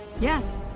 yes